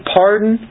pardon